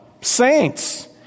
Saints